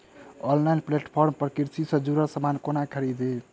Online platform पर कृषि सँ जुड़ल समान कोना खरीदी?